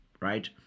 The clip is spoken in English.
Right